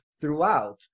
throughout